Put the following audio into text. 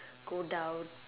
go down